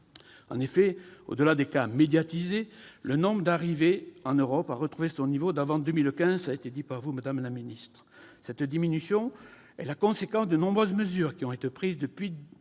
En effet, au-delà des cas médiatisés, le nombre d'arrivées en Europe a retrouvé son niveau d'avant 2015 ; vous l'avez rappelé, madame la ministre. Cette diminution est la conséquence des nombreuses mesures qui ont été prises depuis août